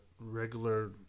regular